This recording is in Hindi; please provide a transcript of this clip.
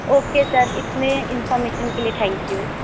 ओके सर इतनी इनफॉरमेशन के लिए थैंक यू